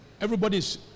Everybody's